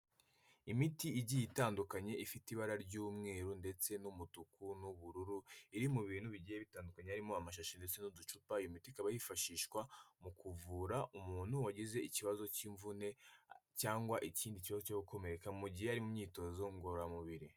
Imiti igiye itandukanye ifite ibara ry'umweru ndetse n'umutuku n'ubururu, iri mu bintu bigiye bitandukanye harimo amashashi ndetse n'uducupa, imiti ikaba yifashishwa mu kuvura umuntu wagize ikibazo cy'imvune cyangwa ikindi kibazo cyo gukomereka mu gihe iyo ari mu myitozo ngororamubiri.